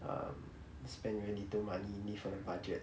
um spend very little money live on a budget